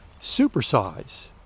supersize